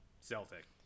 Celtic